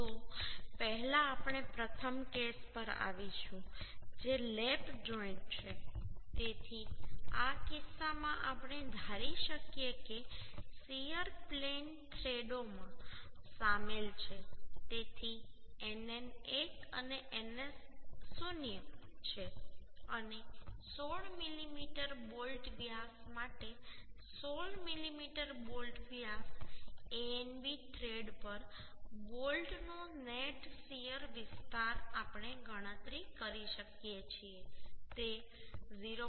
તો પહેલા આપણે પ્રથમ કેસ પર આવીશું જે લેપ જોઈન્ટ છે તેથી આ કિસ્સામાં આપણે ધારી શકીએ કે શીયર પ્લેન થ્રેડોમાં શામેલ છે તેથી nn 1 અને ns 0 છે અને 16 મીમી બોલ્ટ વ્યાસ માટે 16 મીમી બોલ્ટ વ્યાસ Anb થ્રેડ પર બોલ્ટનો નેટ શીયર વિસ્તાર આપણે ગણતરી કરી શકીએ છીએ તે 0